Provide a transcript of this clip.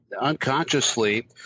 unconsciously